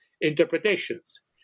interpretations